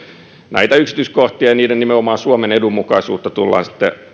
näitä yksityiskohtia ja nimenomaan niiden suomen edun mukaisuutta tullaan sitten